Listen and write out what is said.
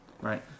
right